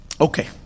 Okay